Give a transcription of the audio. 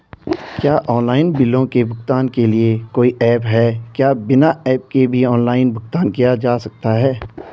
क्या ऑनलाइन बिलों के भुगतान के लिए कोई ऐप है क्या बिना ऐप के भी ऑनलाइन भुगतान किया जा सकता है?